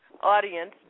audience